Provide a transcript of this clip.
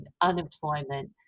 unemployment